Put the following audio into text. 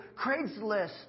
Craigslist